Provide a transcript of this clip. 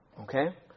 Okay